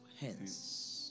hence